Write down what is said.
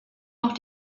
noch